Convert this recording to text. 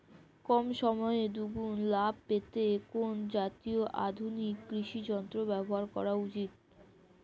কম সময়ে দুগুন লাভ পেতে কোন জাতীয় আধুনিক কৃষি যন্ত্র ব্যবহার করা উচিৎ?